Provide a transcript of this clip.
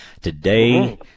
Today